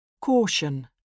Caution